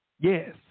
Yes